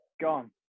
gone